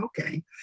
Okay